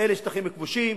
אלה שטחים כבושים,